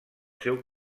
seu